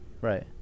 right